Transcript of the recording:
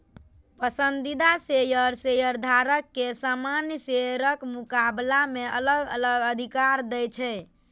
पसंदीदा शेयर शेयरधारक कें सामान्य शेयरक मुकाबला मे अलग अलग अधिकार दै छै